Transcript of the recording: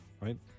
right